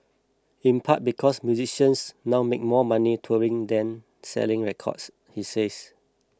in part because musicians now make more money touring than selling records he says